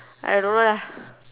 I don't know lah